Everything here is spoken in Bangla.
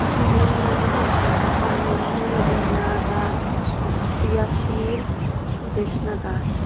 ঝুমুর নন্দী সুতপা নন্দী রীনা রায় সুপ্রিয়া শীল সুদেষ্ণা দাস